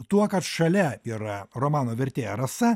tuo kad šalia yra romano vertėja rasa